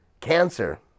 cancer